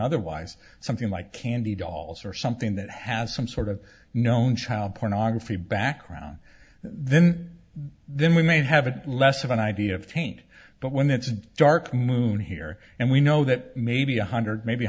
otherwise something like candy dolls or something that has some sort of known child pornography background then then we may have a less of an idea of taint but when it's dark moon here and we know that maybe one hundred maybe